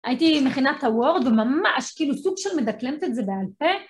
הייתי מכינה את הוורד, ממש, כאילו סוג של מדקלמת את זה בעל פה.